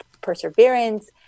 perseverance